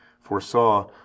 foresaw